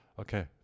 Okay